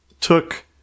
took